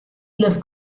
los